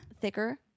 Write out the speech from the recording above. thicker